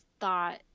thought